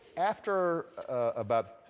after about,